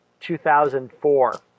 2004